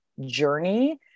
journey